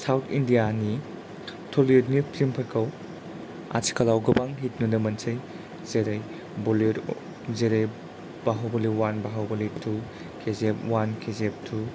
south इण्डियानि Tollywood नि film फोरखौ आथिखालाव गोबां हिट नुनो मोनसै जेरै बलिवुड जेरै Baahubali one Baahubali two K G F one K G F two